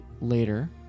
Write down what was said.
later